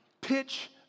Pitch